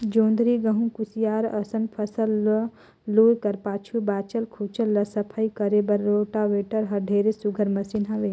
जोंधरी, गहूँ, कुसियार असन फसल ल लूए कर पाछू बाँचल खुचल ल सफई करे बर रोटावेटर हर ढेरे सुग्घर मसीन हवे